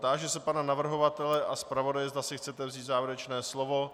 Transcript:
Táži se pana navrhovatele a zpravodaje, zda si chcete vzít závěrečné slovo.